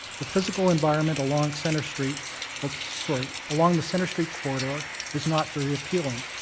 the physical environment along centre street sorry, along the centre street corridor is not very appealing.